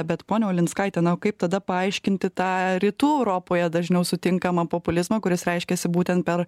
bet ponia ulinskaite na o kaip tada paaiškinti tą rytų europoje dažniau sutinkamą populizmą kuris reiškiasi būtent per